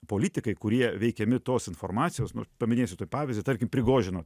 politikai kurie veikiami tos informacijos paminėsiu tuoj pavyzdį tarkim prigožino